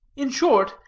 in short,